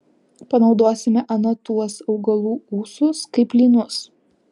panaudosime ana tuos augalų ūsus kaip lynus